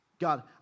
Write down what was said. God